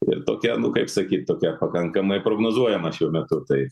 ir tokia nu kaip sakyt tokia pakankamai prognozuojama šiuo metu tai